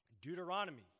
Deuteronomy